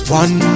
one